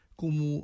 como